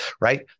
right